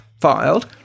filed